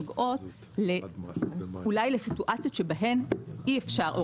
נוגעות אולי לסיטואציות שבהן אי אפשר,